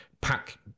pack